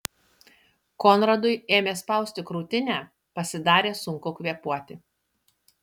konradui ėmė spausti krūtinę pasidarė sunku kvėpuoti